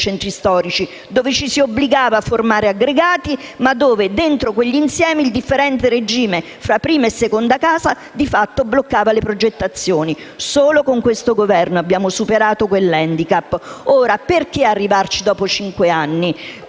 centri storici, dove ci si obbligava a formare degli aggregati, ma dentro quegli insiemi il differente regime tra prime e seconde case di fatto bloccava le progettazioni. Solo con questo Governo abbiamo superato quell'*handicap*. Perché arrivarci dopo cinque anni,